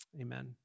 amen